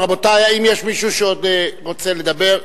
רבותי, האם יש מישהו שעוד רוצה לדבר?